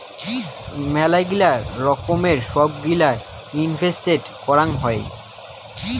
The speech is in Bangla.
মেলাগিলা রকমের সব গিলা ইনভেস্টেন্ট করাং হই